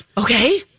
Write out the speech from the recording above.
Okay